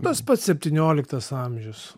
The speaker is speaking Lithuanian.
tas pats septynioliktas amžius